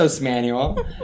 Manual